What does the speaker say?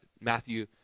Matthew